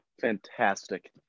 Fantastic